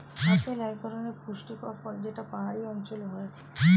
apple এক ধরনের পুষ্টিকর ফল যেটা পাহাড়ি অঞ্চলে হয়